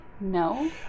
No